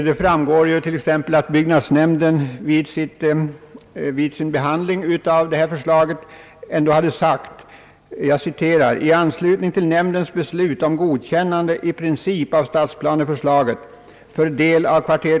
Detta framgår t.ex. av att byggnadsnämnden vid sin behandling av förslaget har anfört följande: »I anslutning till nämndens beslut om godkännande i princip av stadsplaneförslaget för del av kv.